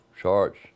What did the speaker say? charts